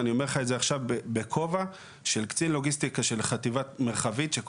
הייתי בחטיבה מרחבית בנימין,